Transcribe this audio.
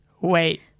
wait